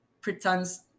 pretends